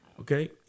Okay